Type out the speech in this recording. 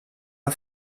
una